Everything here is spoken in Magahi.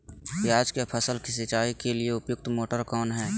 प्याज की फसल सिंचाई के लिए उपयुक्त मोटर कौन है?